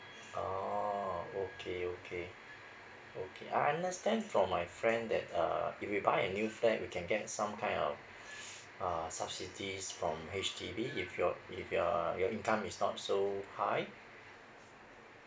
oh okay okay okay I understand from my friend that err if we buy a new flat we can get some kind of uh subsidies from H_D_B if your if your your income is not so high